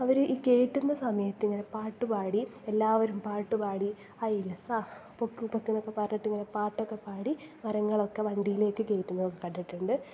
അവർ ഈ കയറ്റുന്ന സമയത്ത് ഇങ്ങനെ പാട്ട് പാടി എല്ലാവരും പാട്ട് പാടി ഐലസാ പൊക്ക് പൊക്കുമെന്നൊക്കെ പറഞ്ഞിട്ടിങ്ങനെ പാട്ടൊക്കെ പാടി മരങ്ങളൊക്കെ വണ്ടിയിലേക്ക് കയറ്റുന്നത് ഒക്കെ കണ്ടിട്ടുണ്ട്